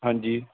ਹਾਂਜੀ